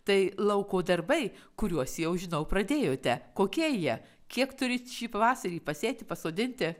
tai lauko darbai kuriuos jau žinau pradėjote kokie jie kiek turit šį pavasarį pasėti pasodinti